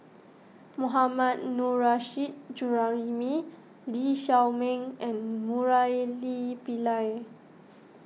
Mohammad Nurrasyid Juraimi Lee Xiao Ming and Murali Pillai